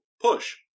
push